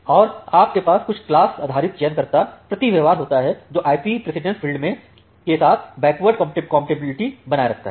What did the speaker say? और आपके पास कुछ क्लास आधारित चयन कर्ता प्रति व्यवहार होता हैं जो IP प्रेसिडेंस फील्ड के साथ बैकवर्ड कमपेटीबिल्टी बनाये रखता है